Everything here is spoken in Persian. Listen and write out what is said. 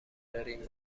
دارین